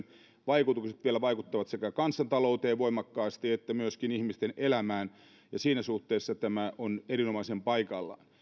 vaikutukset vielä vaikuttavat voimakkaasti sekä kansantalouteen että myöskin ihmisten elämään ja siinä suhteessa tämä on erinomaisen paikallaan